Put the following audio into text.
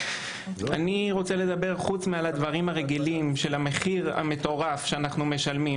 אני רוצה לדבר על המחיר המטורף שאנחנו משלמים.